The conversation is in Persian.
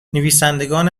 نویسندگان